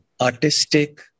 artistic